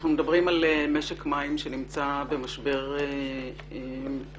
אנחנו מדברים על משק מים שנמצא במשבר מתמשך,